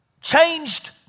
changed